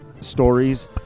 stories